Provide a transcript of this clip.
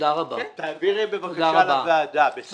תעבירי בבקשה לוועדה, שנוכל לטפל בזה.